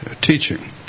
teaching